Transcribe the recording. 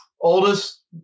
Oldest